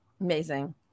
amazing